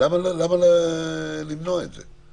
למה למנוע את זה?